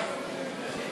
שקרן.